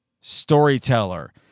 storyteller